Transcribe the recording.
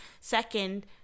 Second